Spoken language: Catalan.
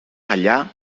allà